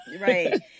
right